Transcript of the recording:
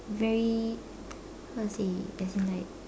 very how to say as in like